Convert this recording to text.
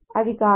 అది కాదు